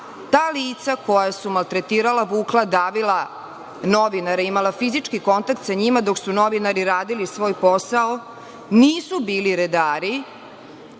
ta lica koja su maltretirala, vukla, davila novinare, imala fizički kontakt sa njima dok su novinari radili svoj posao, nisu bili redari